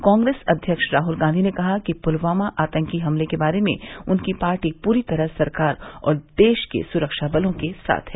कांग्रेस अध्यक्ष राहुल गांधी ने कहा कि पुलवामा आतंकी हमले के बारे में उनकी पार्टी पूरी तरह सरकार और देश के सुरक्षाबलों के साथ है